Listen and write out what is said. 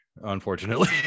Unfortunately